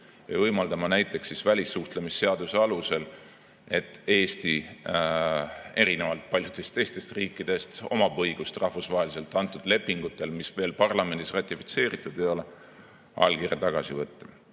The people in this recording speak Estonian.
võimaldama näiteks välissuhtlemisseaduse alusel, et erinevalt paljudest teistest riikidest on Eestil õigus rahvusvaheliselt antud lepingutelt, mis veel parlamendis ratifitseeritud ei ole, allkiri tagasi võtta.